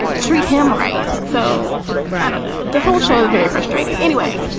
treat him right, so ran and the whole show. ah very frustrating anyway